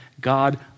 God